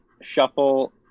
shuffle